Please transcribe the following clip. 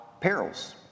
perils